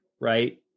right